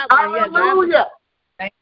Hallelujah